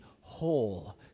whole